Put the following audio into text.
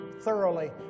thoroughly